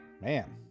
Man